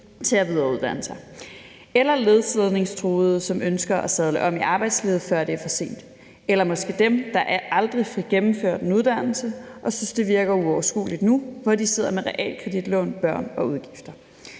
til at videreuddanne sig. Eller det kan være nedslidningstruede, som ønsker at sadle om i arbejdslivet, før det er for sent, eller måske dem, der aldrig fik gennemført en uddannelse, og som synes, det virker uoverskueligt nu, hvor de sidder med realkreditlån, børn og udgifter.